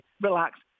Relax